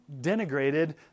denigrated